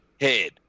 head